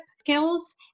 skills